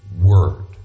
word